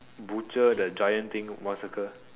butcher the giant thing one circle